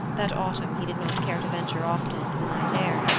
that autumn he did not care to venture often into the night air,